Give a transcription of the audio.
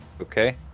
Okay